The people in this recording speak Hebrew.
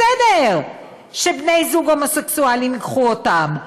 בסדר שבני זוג הומוסקסואלים ייקחו אותם,